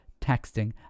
texting